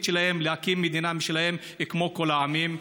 שלהם להקים מדינה משלהם כמו כל העמים.